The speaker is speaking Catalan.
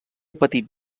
patit